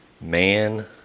man